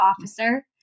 officer